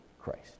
Christ